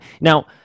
Now